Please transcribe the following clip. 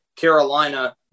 Carolina